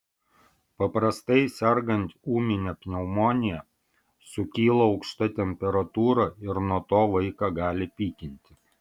paprastai sergant ūmine pneumonija sukyla aukšta temperatūra ir nuo to vaiką gali pykinti